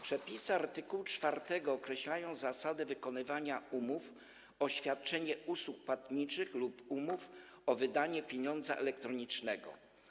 Przepisy art. 4 określają zasady wykonywania umów o świadczenie usług płatniczych lub umów o wydanie pieniądza elektronicznego.